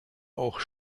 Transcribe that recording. auch